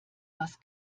was